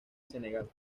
senegal